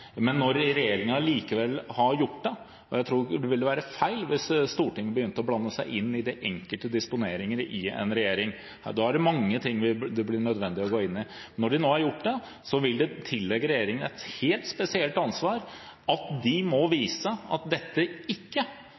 blande seg inn i de enkelte disponeringer i en regjering, da er det mange ting det ville bli nødvendig å gå inn i. Når den nå har gjort det, vil det tilligge regjeringen et helt spesielt ansvar for å vise at dette ikke